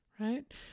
right